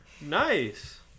Nice